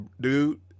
dude